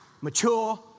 Mature